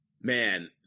man